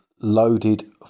Loaded